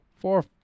four